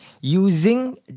using